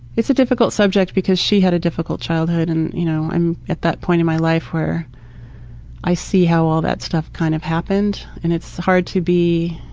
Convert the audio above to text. it's a difficult subject because she had a difficult childhood and you know, i'm at that point in my life where i see how all that stuff kind of happened and it's hard to be,